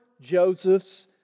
Joseph's